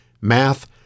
math